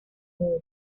movie